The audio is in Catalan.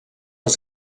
els